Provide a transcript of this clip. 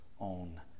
own